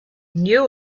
knew